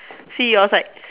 see you outside